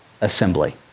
assembly